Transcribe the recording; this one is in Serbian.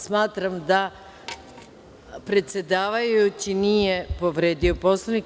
Smatram da predsedavajući nije povredio Poslovnik.